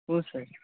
ಹ್ಞೂ ಸರ್